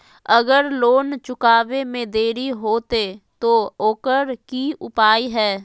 अगर लोन चुकावे में देरी होते तो ओकर की उपाय है?